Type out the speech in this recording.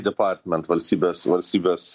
departament valstybės valstybės